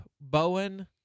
Bowen